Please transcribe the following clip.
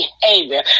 behavior